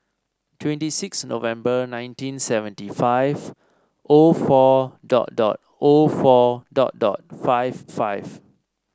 twenty six November nineteen seventy five O four dot dot O four dot dot five five